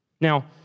Now